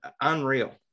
Unreal